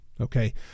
Okay